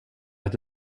att